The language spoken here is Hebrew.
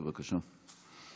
בבקשה.